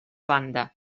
banda